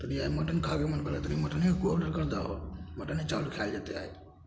तनि आइ मटन खाइके मन करै तनि आइ मटनेके ऑडर करि दहो मटने चावल खाएल जेतै आइ